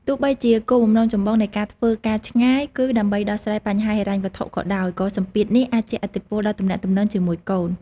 ទោះបីជាគោលបំណងចម្បងនៃការធ្វើការឆ្ងាយ គឺដើម្បីដោះស្រាយបញ្ហាហិរញ្ញវត្ថុក៏ដោយ ក៏សម្ពាធនេះអាចជះឥទ្ធិពលដល់ទំនាក់ទំនងជាមួយកូន។